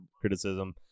criticism